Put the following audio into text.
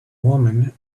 woman